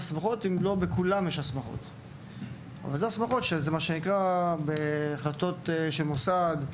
אלה הסמכות בהחלטות של מוסד.